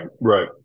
right